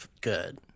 good